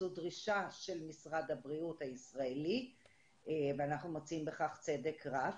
זו דרישה של משרד הבריאות הישראלי ואנחנו מוצאים בכך צדק רב,